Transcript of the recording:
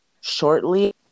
shortly